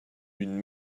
une